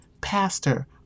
pastor